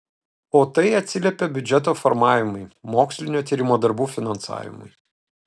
o tai atsiliepia biudžeto formavimui mokslinio tyrimo darbų finansavimui